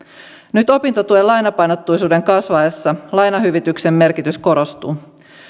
nyt opintotuen lainapainotteisuuden kasvaessa lainahyvityksen merkitys korostuu